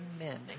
amen